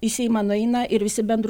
į seimą nueina ir visi bendru